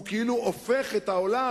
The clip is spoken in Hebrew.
הוא כאילו הופך את העולם,